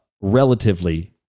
relatively